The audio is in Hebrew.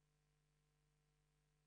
אנחנו בישיבה זו,